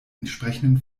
entsprechenden